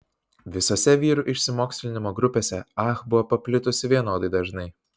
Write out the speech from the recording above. visose vyrų išsimokslinimo grupėse ah buvo paplitusi vienodai dažnai